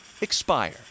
expire